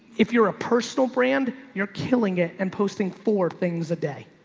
if you're a personal brand, you're killing it and posting four things a day.